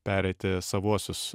pereiti savuosius